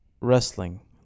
wrestling